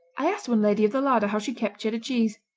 i asked one lady of the larder how she kept cheddar cheese.